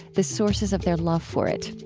the sources of their love for it.